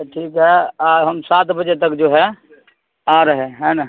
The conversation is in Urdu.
ٹھیک ہے ہم سات بجے تک جو ہے آ رہے ہیں ہے نا